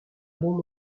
bon